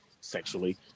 sexually